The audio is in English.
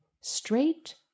straight